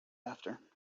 after